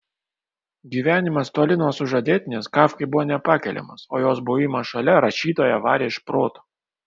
gyvenimas toli nuo sužadėtinės kafkai buvo nepakeliamas o jos buvimas šalia rašytoją varė iš proto